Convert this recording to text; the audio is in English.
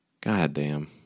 Goddamn